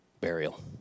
burial